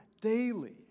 daily